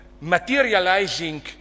materializing